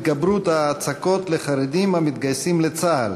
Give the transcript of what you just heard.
התגברות ההצקות לחרדים המתגייסים לצה"ל.